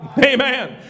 amen